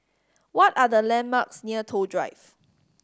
what are the landmarks near Toh Drive